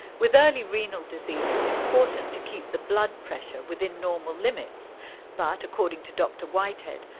with early renal disease it's important to keep the blood pressure within normal limits but, according to dr whitehead,